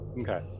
okay